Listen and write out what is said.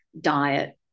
diet